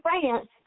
France